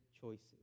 choices